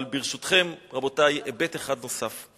אבל, ברשותכם, רבותי, היבט אחד נוסף.